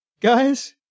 Guys